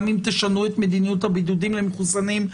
גם אם תשנו את מדיניות הבידודים למחוסנים,